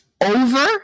over